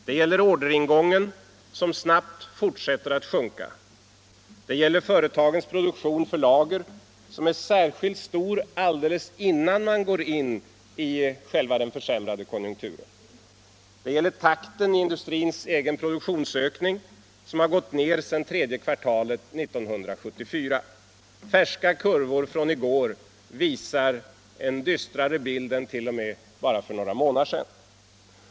Det gäller orderingången, som fortsätter att snabbt sjunka. Det gäller företagens produktion för lager, som är särskilt stor alldeles innan man går in i själva den försämrade konjunkturen. Det gäller takten i industrins produktionsökning, som har gått ner sedan tredje kvartalet 1974. Färska kurvor, från i går, visar en dystrare bild än för bara några månader sedan.